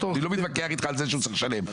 אני לא מתווכח על זה שהוא צריך לשלם.